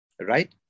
right